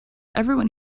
everyone